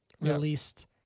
released